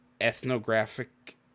ethnographic